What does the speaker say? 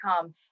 come